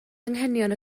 anghenion